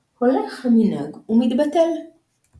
ערך מורחב – אבלות על החורבן